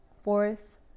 fourth